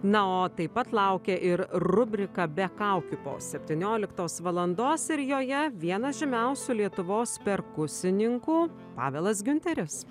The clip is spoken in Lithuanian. na o taip pat laukia ir rubrika be kaukių po septynioliktos valandos ir joje vienas žymiausių lietuvos perkusininkų pavelas giunteris